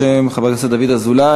בשם חבר הכנסת דוד אזולאי,